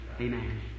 Amen